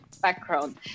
background